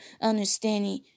understanding